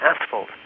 asphalt